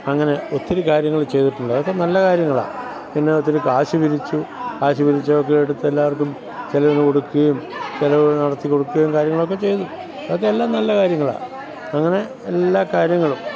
അങ്ങനെ ഒത്തിരി കാര്യങ്ങൾ ചെയ്തിട്ടുണ്ട് അതൊക്കെ നല്ല കാര്യങ്ങളാണ് പിന്നെ ഒത്തിരി കാശ് പിരിച്ചു കാശ് പിരിച്ചതൊക്കെ എടുത്ത് എല്ലാവര്ക്കും ചിലവിന് കൊടുക്കുകയും പുരപണി നടത്തിക്കൊടുക്കുകയും കാര്യങ്ങളൊക്കെ ചെയ്തു അതൊക്കെ എല്ലാം നല്ല കാര്യങ്ങളാണ് അങ്ങനെ എല്ലാ കാര്യങ്ങളും